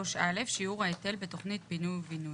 3 (א') שיעור ההיטל בתכנית פינוי ובינוי.